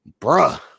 bruh